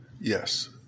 Yes